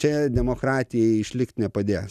čia demokratijai išlikt nepadės